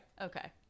Okay